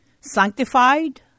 sanctified